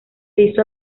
hizo